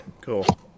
cool